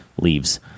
leaves